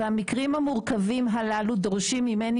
והמקרים המורכבים הללו דורשים ממני